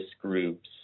groups